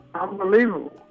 Unbelievable